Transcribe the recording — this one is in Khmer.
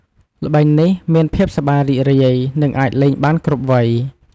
ល្បែងនេះមានភាពសប្បាយរីករាយ និងអាចលេងបានគ្រប់វ័យ។